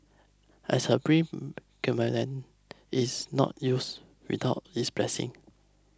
as a predicament it's not youth without its blessing